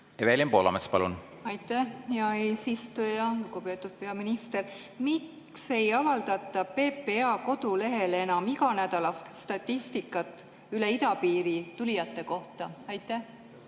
Evelin Poolamets, palun! Aitäh, hea eesistuja! Lugupeetud peaminister! Miks ei avaldata PPA kodulehel enam iganädalast statistikat üle idapiiri tulijate kohta? Aitäh,